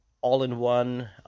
all-in-one